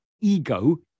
ego